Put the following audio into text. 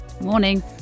Morning